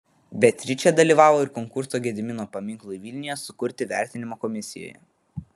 beatričė dalyvavo ir konkurso gedimino paminklui vilniuje sukurti vertinimo komisijoje